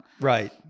Right